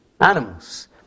animals